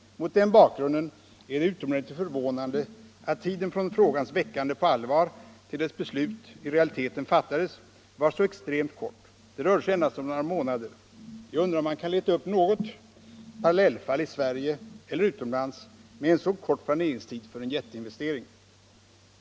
Mot den bakgrunden är det utomordentligt förvånande att tiden från frågans väckande på allvar till dess beslut i realiteten fattades var så extremt kort. Det rörde sig endast om några månader. Jag undrar om man kan leta upp något parallellfall i Sverige eller utomlands med en så kort planeringstid för en jätteinvestering.